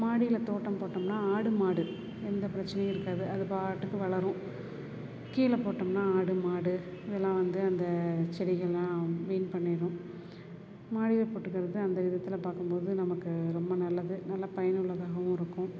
மாடியில் தோட்டம் போட்டோம்னால் ஆடு மாடு எந்த பிரச்சனையும் இருக்காது அது பாட்டுக்கு வளரும் கீழே போட்டோம்னால் ஆடு மாடு இதெலாம் வந்து அந்த செடிகள்லாம் வீண் பண்ணிடும் மாடியில் போட்டுக்கிறது அந்த விதத்தில் பார்க்கும் போது நமக்கு ரொம்ப நல்லது நல்ல பயனுள்ளதாகவும் இருக்கும்